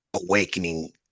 awakening